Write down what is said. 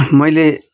मैले